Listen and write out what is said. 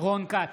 רון כץ,